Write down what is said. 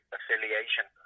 affiliation